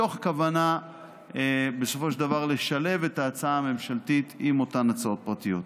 מתוך הכוונה לשלב בסופו של דבר את ההצעה הממשלתית עם אותן הצעות פרטיות.